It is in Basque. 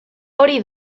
hori